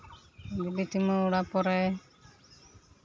ᱜᱤᱰᱤ ᱪᱩᱢᱟᱹᱲᱟ ᱯᱚᱨᱮ